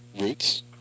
roots